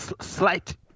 slight